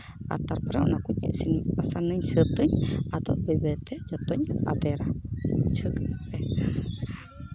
ᱟᱨ ᱛᱟᱨᱯᱚᱨᱮ ᱚᱱᱟ ᱠᱚᱧ ᱤᱥᱤᱱ ᱵᱟᱥᱟᱝ ᱟᱹᱧ ᱥᱟᱹᱛ ᱟᱹᱧ ᱟᱫᱚ ᱵᱟᱹᱭ ᱵᱟᱹᱭ ᱛᱮ ᱡᱚᱛᱚᱧ ᱟᱫᱮᱨᱟ ᱵᱩᱡᱷᱟᱹᱣ ᱠᱮᱫᱟ ᱯᱮ